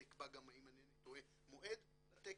נקבע גם, אם אינני טועה, מועד לטקס.